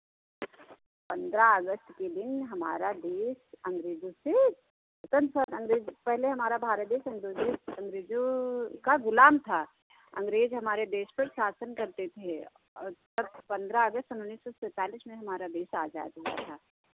पन्द्रह अगस्त के दिन हमारा देश अंग्रेजों से स्वतन्त्र हुआ अंग्रेज पहले हमारा भारत देश अंग्रेजों अंग्रेजों का ग़ुलाम था अंग्रेज हमारे देश पर शासन करते थे और तब पन्द्रह अगस्त सन उन्नीस सौ सैंतालीस में हमारा देश आज़ाद हुआ था